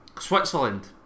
Switzerland